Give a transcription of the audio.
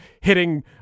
hitting